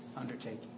undertaking